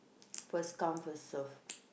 first come first serve